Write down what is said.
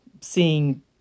seeing